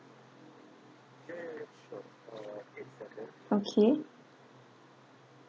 okay